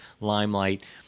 limelight